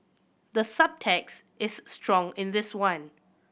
the subtext is strong in this one